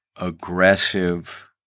aggressive